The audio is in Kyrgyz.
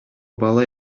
бала